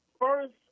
first